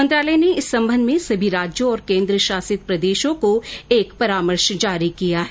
मंत्रालय ने इस संबंध में सभी राज्यों और केंद्र शासित प्रदेशों को एक परामर्श जारी किया है